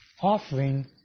offering